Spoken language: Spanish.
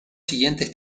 siguientes